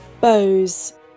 bows